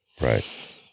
Right